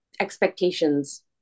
expectations